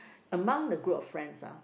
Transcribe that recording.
among the group of friends ah